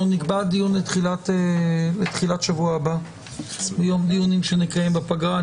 נקבע דיון לתחילת השבוע הבא ביום דיונים שנקיים בפגרה.